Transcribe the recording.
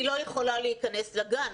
היא לא יכולה להיכנס לגן.